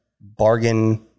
bargain